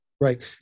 Right